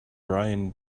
brian